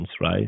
right